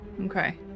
Okay